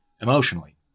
emotionally